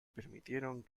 permitieron